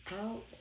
out